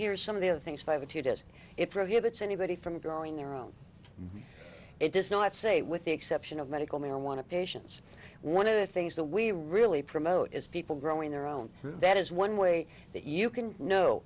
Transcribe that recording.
here's some of the other things five or two does it prohibits anybody from growing their own it does not say with the exception of medical marijuana patients one of the things that we really promote is people growing their own that is one way that you can kno